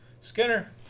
Skinner